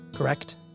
Correct